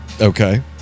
Okay